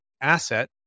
asset